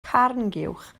carnguwch